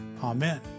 Amen